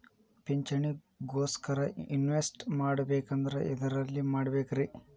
ಪಿಂಚಣಿ ಗೋಸ್ಕರ ಇನ್ವೆಸ್ಟ್ ಮಾಡಬೇಕಂದ್ರ ಎದರಲ್ಲಿ ಮಾಡ್ಬೇಕ್ರಿ?